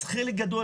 אז חלק גדול